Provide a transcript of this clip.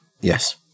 Yes